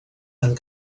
amb